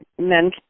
men